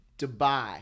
Dubai